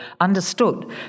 understood